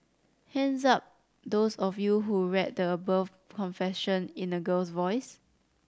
hands up those of you who read the above confession in a girl's voice